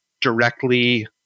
directly